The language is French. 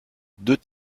deux